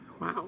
Wow